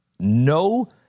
No